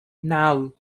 naŭ